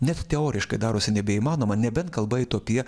net teoriškai darosi nebeįmanoma nebent kalba eitų apie